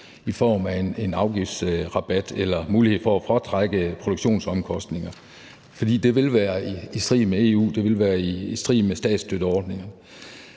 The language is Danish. i form af en afgiftsrabat eller mulighed for at fratrække produktionsomkostninger, for det ville være i strid med EU; det ville være i strid med statsstøtteordningen.